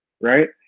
right